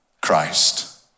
Christ